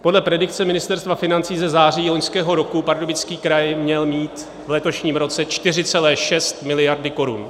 Podle predikce Ministerstva financí ze září loňského roku Pardubický kraj měl mít v letošním roce 4,6 miliardy korun.